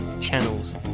channels